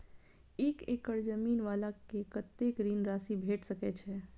एक एकड़ जमीन वाला के कतेक ऋण राशि भेट सकै छै?